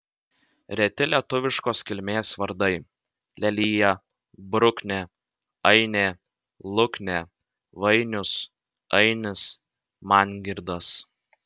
reti lietuviškos kilmės vardai lelija bruknė ainė luknė vainius ainis mangirdas